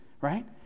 right